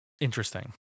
interesting